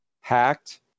hacked